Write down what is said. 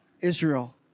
Israel